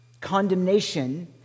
condemnation